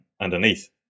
underneath